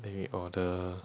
then we order